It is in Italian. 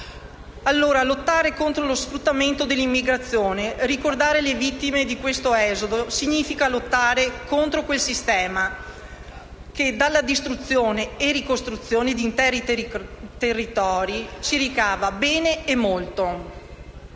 allora contro lo sfruttamento dell'immigrazione, ricordare le vittime di questo esodo, significa lottare contro quel sistema che dalla distruzione e ricostruzione di interi territori ci ricava bene e molto;